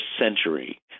century